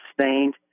sustained